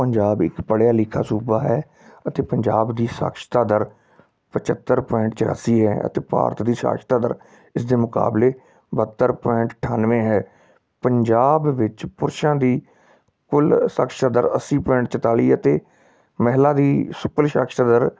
ਪੰਜਾਬ ਇੱਕ ਪੜ੍ਹਿਆ ਲਿਖਿਆ ਸੂਬਾ ਹੈ ਅਤੇ ਪੰਜਾਬ ਦੀ ਸਾਖਰਤਾ ਦਰ ਪੰਝੱਤਰ ਪੋਆਇੰਟ ਚੁਰਾਸੀ ਹੈ ਅਤੇ ਭਾਰਤ ਦੀ ਸਾਖਰਤਾ ਦਰ ਇਸ ਦੇ ਮੁਕਾਬਲੇ ਬਹੱਤਰ ਪੋਆਇੰਟ ਅਠਾਨਵੇਂ ਹੈ ਪੰਜਾਬ ਵਿੱਚ ਪੁਰਸ਼ਾਂ ਦੀ ਕੁੱਲ ਸਾਖਰਤਾ ਦਰ ਅੱਸੀ ਪੋਆਇੰਟ ਚੁਤਾਲੀ ਅਤੇ ਮਹਿਲਾ ਦੀ ਸੁਪਰ ਸਾਖਰਤਾ ਦਰ